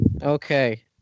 Okay